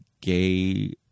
gay